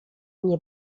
nie